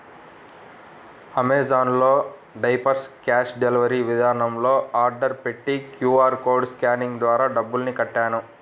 Amazon లో diapers cash delivery విధానంలో order పెట్టి క్యూ.ఆర్ కోడ్ స్కానింగ్ ద్వారా డబ్బులు కట్టాను